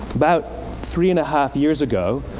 about three and a half years ago,